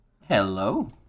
Hello